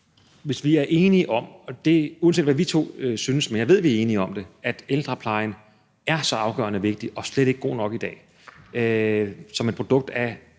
svar på de elementer. Uanset hvad vi to synes – men jeg ved, at vi er enige om, at ældreplejen er så afgørende vigtig, og at den slet ikke er god nok i dag, som et produkt af